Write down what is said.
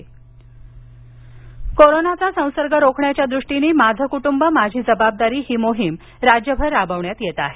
माझी जबाबदारी कोरोनाचा संसर्ग रोखण्याच्या दृष्टीन माझे कुटुंब माझी जबाबदारी मोहिम राज्यभर राबवण्यात येत आहे